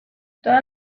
todas